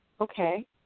okay